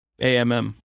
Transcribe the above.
amm